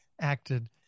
acted